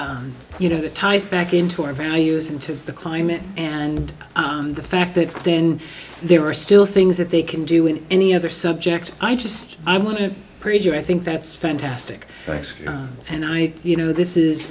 is you know that ties back into our values into the climate and the fact that then there are still things that they can do in any other subject i just i want to prejudge i think that's fantastic and i you know this is